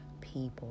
people